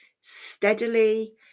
steadily